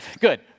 good